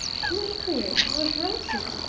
who in creation was rosie?